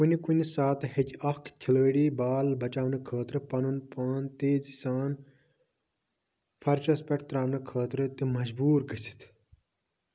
کُنہِ کُنہِ ساتہٕ ہیٚکہِ اکھ کھِلٲڑی بال بچاونہٕ خٲطرٕ پنُن پان تیزی سان فرٛشس پٮ۪ٹھ ترٛاونہٕ خٲطرٕ تہٕ مجبوٗر گٔژھِتھ